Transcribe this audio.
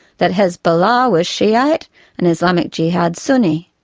that hezbollah was shiite and islamic jihad sunni.